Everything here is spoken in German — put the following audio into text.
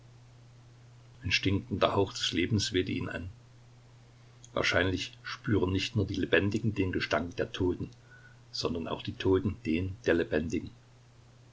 ein stinkender hauch des lebens wehte ihn an wahrscheinlich spüren nicht nur die lebendigen den gestank der toten sondern auch die toten den der lebendigen